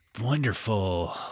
wonderful